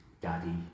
Daddy